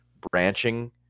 branching